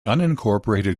unincorporated